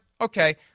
okay